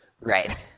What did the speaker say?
right